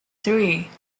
three